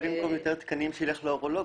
אולי מקום יותר תקנים שילך לאורולוג,